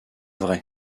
vrai